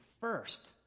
first